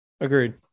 agreed